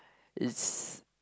it's